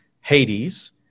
Hades